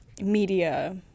media